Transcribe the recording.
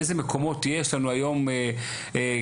באיזה מקומות יש לנו היום קליטה?